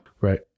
right